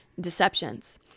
deceptions